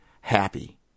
happy